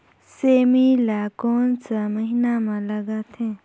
सेमी ला कोन सा महीन मां लगथे?